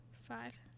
five